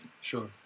Sure